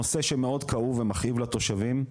נושא שמאוד כאוב ומכאיב לתושבים,